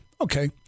Okay